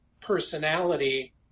personality